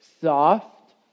soft